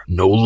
no